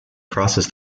crosses